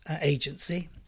Agency